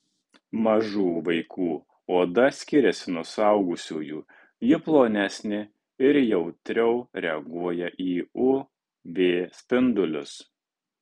mažų vaikų oda skiriasi nuo suaugusiųjų ji plonesnė ir jautriau reaguoja į uv spindulius